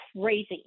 crazy